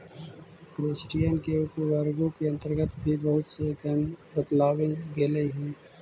crustacean के उपवर्गों के अन्तर्गत भी बहुत से गण बतलावल गेलइ हे